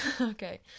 Okay